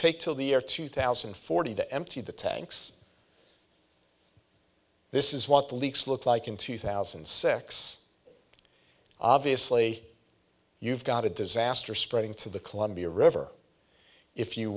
take to the air two thousand and forty to empty the tanks this is what the leaks look like in two thousand and six obviously you've got a disaster spreading to the columbia river if you